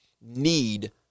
need